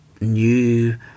new